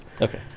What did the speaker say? Okay